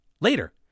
later